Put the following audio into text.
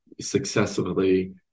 successively